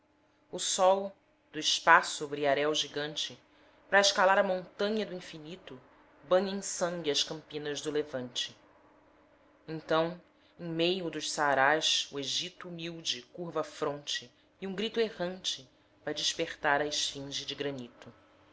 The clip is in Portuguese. o sol do espaço briaréu gigante pra escalar a montanha do infinito banha em sangue as campinas do levante então em meio dos saarás o egito humilde curva a fronte e um grito errante vai despertar a esfinge de granito